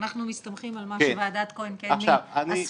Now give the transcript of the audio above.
אנחנו מסתמכים על מה שוועדת כהן-קדמי אספה.